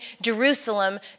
Jerusalem